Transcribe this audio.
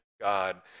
God